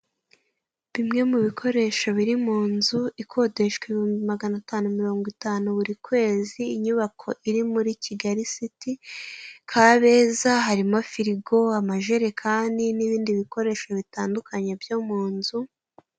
Bimwe mubikoresho biri mu nzu ikodeshwa ibihumbi maganatanu na mirongo itanu buri kwezi, inyubako iri muri kigali siti kabeza; harimo: firigo, amajerekani ndetse n'ibindi bikoresho bitandukanye byo munzu.